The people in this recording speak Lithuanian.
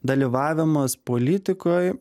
dalyvavimas politikoj